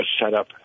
setup